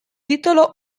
titolo